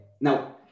now